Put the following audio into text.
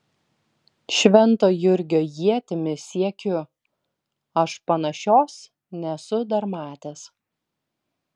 švento jurgio ietimi siekiu aš panašios nesu dar matęs